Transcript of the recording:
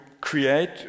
create